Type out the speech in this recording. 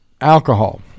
alcohol